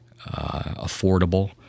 affordable